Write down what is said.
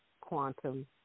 quantum